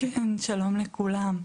שלום לכולם.